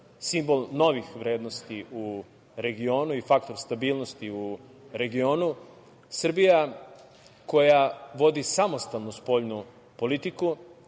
simbol novih vrednosti u regionu i faktor stabilnosti u regionu, Srbija koja vodi samostalnu spoljnu politiku